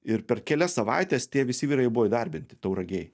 ir per kelias savaites tie visi vyrai jau buvo įdarbinti tauragėj